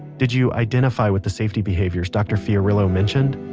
did you identify with the safety behaviors dr. fiorillo mentioned?